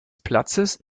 platzes